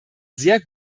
sehr